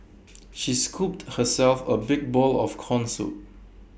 she scooped herself A big bowl of Corn Soup